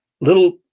little